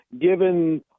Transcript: given